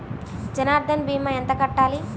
జన్ధన్ భీమా ఎంత కట్టాలి?